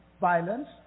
violence